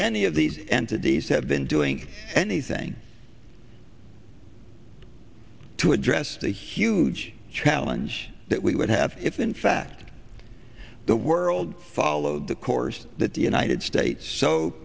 any of these entities have been doing anything to address the huge challenge that we would have if in fact the world followed the course that the united states so